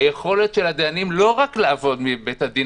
היכולת של הדיינים לא רק לעבוד מבית-הדין